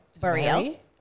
burial